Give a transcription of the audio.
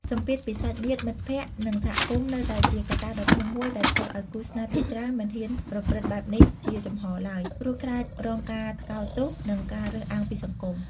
សម្ពាធពីសាច់ញាតិ មិត្តភក្តិ និងសហគមន៍នៅតែជាកត្តាដ៏ធំមួយដែលធ្វើឱ្យគូស្នេហ៍ភាគច្រើនមិនហ៊ានប្រព្រឹត្តបែបនេះជាចំហឡើយ ព្រោះខ្លាចរងការថ្កោលទោស និងការរើសអើងពីសង្គម។